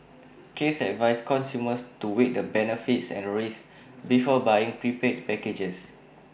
case advised consumers to weigh the benefits and risks before buying prepaid packages